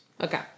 Okay